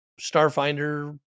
Starfinder